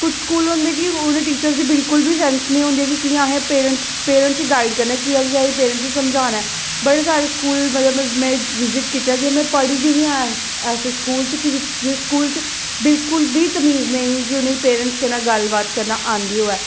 कुछ स्कूल होंदे केओह्दे टीचर्स गी बिल्कुल बी सैंस निं होंदी कि कि'यां असें पेरेंट्स गी गाईड़ करना कि'यां एह् असेंगी समझाना ऐ बड़े सारे स्कूल में विजिट कीते दा जेकर में पढ़ी दी बी ऐं ऐसे स्कूल च जिस स्कूल च बिल्कुल बी तमीज़ नेईं के उ'नेंई पेरेंट्स कन्नै गल्ल बात करना आंदी होऐ